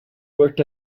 worked